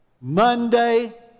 Monday